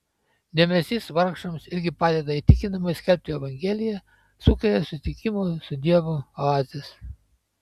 dėmesys vargšams irgi padeda įtikinamai skelbti evangeliją sukuria susitikimo su dievu oazes